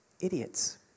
idiots